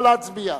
נא להצביע.